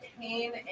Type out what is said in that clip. pain